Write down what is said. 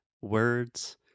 words